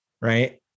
Right